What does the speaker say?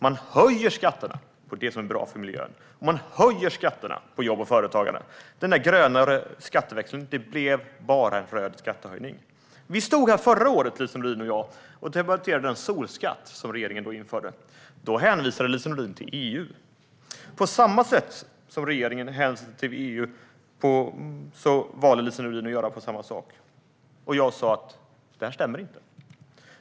Man höjer skatterna på det som är bra för miljön, och man höjer skatterna på jobb och företagande. Den där grönare skatteväxlingen blev bara en röd skattehöjning. Vi stod här förra året, Lise Nordin och jag, och debatterade den solskatt som regeringen då införde. Då hänvisade Lise Nordin till EU. Regeringen hänvisade till EU, och Lise Nordin valde att göra samma sak. Och jag sa: Det här stämmer inte.